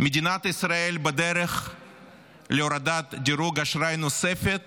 מדינת ישראל בדרך להורדת דירוג אשראי נוספת